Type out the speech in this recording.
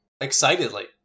excitedly